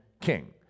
king